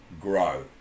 Grow